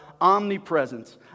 omnipresence